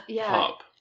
pop